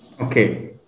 Okay